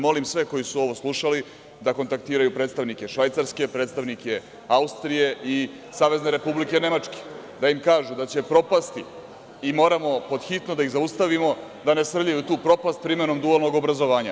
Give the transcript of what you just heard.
Molim sve koji su ovo slušali, da kontaktiraju predstavnike Švajcarske, predstavnike Austrije i Savezne Republike Nemačke da im kažu da će propasti i moramo podhitno da ih zaustavimo, da ne srljaju u tu propast primenom dualnog obrazovanja.